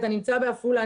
אתה נמצא בעפולה,